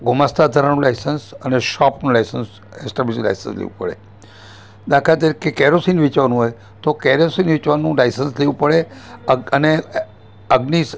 ગોમાસ્તા ધારાનું લાઇસન્સ અને શોપનું લાઇસન્સ એસ્ટાબ્લિશ લાઇસન્સ લેવું પડે દાખલા તરીકે કેરોસીન વેચવાનું હોય તો કેરોસીન વેચવાનું લાઇસન્સ લેવું પડે અને અગ્નિશ